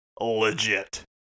legit